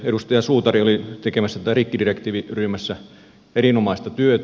edustaja suutari oli tekemässä rikkidirektiiviryhmässä erinomaista työtä